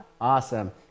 awesome